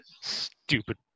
Stupid